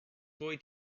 boy